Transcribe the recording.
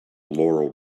laurel